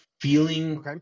feeling